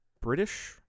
British